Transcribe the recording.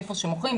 היכן שמוכרים,